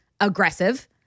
aggressive